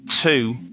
two